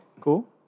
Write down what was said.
cool